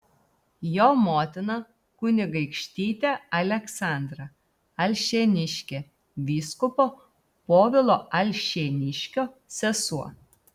jo motina kunigaikštytė aleksandra alšėniškė vyskupo povilo alšėniškio sesuo